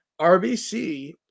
RBC